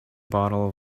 bottle